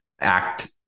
act